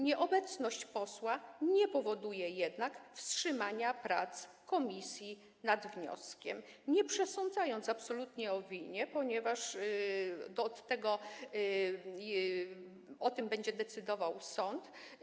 Nieobecność posła nie powoduje jednak wstrzymania prac komisji nad wnioskiem, nie przesądzając absolutnie o winie, ponieważ o tym będzie decydował sąd.